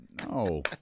No